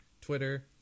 Twitter